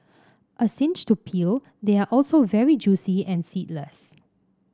a cinch to peel they are also very juicy and seedless